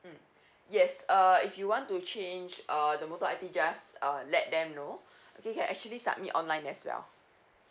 mm yes uh if you want to change uh the motor I_D just err let them know okay you can actually submit online as well